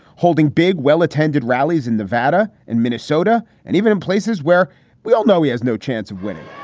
holding big well attended rallies in nevada and minnesota, and even in places where we all know he has no chance of winning